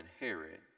inherit